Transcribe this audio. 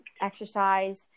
exercise